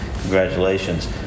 Congratulations